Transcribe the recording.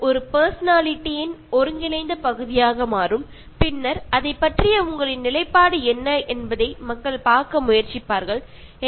ഇതിലൂടെ മനസ്സിലാകുന്നത് ഇത് ഒരാളിന്റെ വ്യക്തിത്വത്തിലെ വളരെ പ്രധാനപ്പെട്ട ഒരു കാര്യം ആയി മാറുമെന്നും ആളുകൾ നിങ്ങൾ എങ്ങനെയാണ് പ്രകൃതി സംരക്ഷണത്തിനായുള്ള കാര്യങ്ങളിൽ പങ്കാളികളാകുന്നത് എന്ന ശ്രദ്ധിക്കുകയും ചെയ്യും